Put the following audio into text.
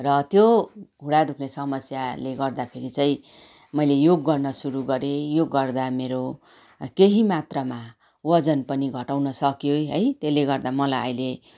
र त्यो घुँडा दुख्ने समस्याले गर्दाफेरि चाहिँ मैले योग गर्न सुरु गरेँ योग गर्दा मेरो केही मात्रामा ओजन पनि घटाउन सक्यो है त्यसले गर्दा मलाई अहिले